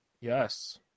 Yes